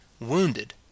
wounded